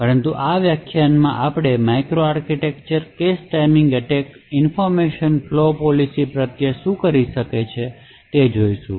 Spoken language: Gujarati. પરંતુ આ વ્યાખ્યાનમાં આપણે micro architectural cache timing attack information flow policy પ્રત્યે શું કરી શકે છે તે જોઈશું